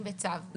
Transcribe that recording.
בצו,